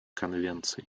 конвенций